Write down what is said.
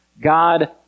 God